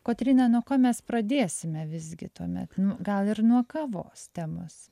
kotryna nuo ko mes pradėsime visgi tuomet nu gal ir nuo kavos temos